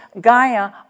Gaia